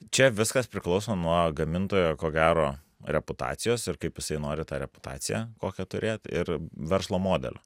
čia viskas priklauso nuo gamintojo ko gero reputacijos ir kaip jisai nori tą reputaciją kokią turėt ir verslo modelio